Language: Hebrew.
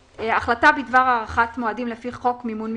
"החלטה בדבר הארכת מועדים לפי חוק מימון מפלגות,